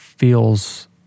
feels